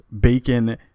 bacon